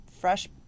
fresh